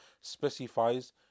specifies